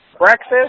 breakfast